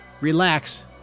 Relax